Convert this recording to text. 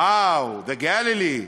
Wow, the Galilee,